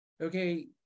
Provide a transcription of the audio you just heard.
okay